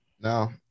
No